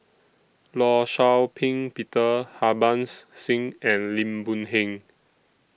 law Shau Ping Peter Harbans Singh and Lim Boon Heng